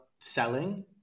selling